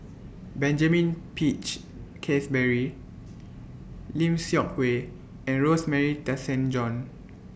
Benjamin Peach Keasberry Lim Seok Hui and Rosemary Tessensohn